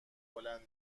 بلند